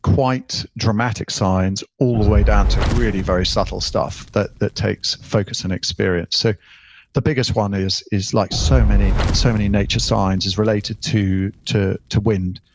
quite dramatic signs all the way down to really very subtle stuff that that takes focus and experience so the biggest one is is like so many so many nature signs, is related to to wind.